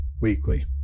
weekly